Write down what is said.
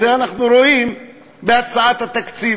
את זה אנחנו רואים בהצעת התקציב.